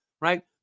right